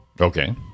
Okay